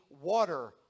water